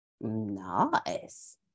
nice